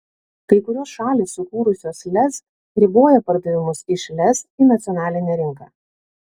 kai kurios šalys sukūrusios lez riboja pardavimus iš lez į nacionalinę rinką